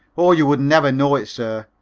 oh, you would never know it, sir,